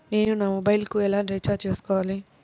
నేను నా మొబైల్కు ఎలా రీఛార్జ్ చేసుకోవాలి?